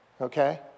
Okay